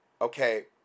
okay